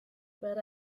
but